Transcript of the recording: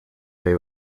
they